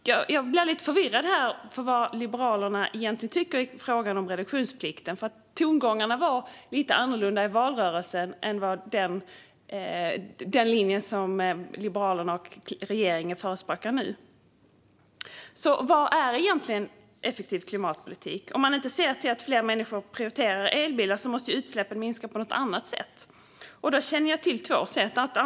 Jag blir lite förvirrad. Vad tycker Liberalerna egentligen i fråga om reduktionsplikten? Tongångarna var nämligen lite annorlunda i valrörelsen jämfört med den linje som Liberalerna och regeringen nu förespråkar. Vad är egentligen en effektiv klimatpolitik? Om man inte ser till att fler människor prioriterar elbilar måste utsläppen minska på något annat sätt. Jag känner till två sätt.